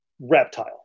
reptile